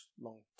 long